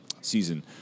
season